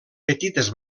petites